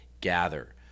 gather